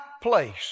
place